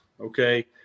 okay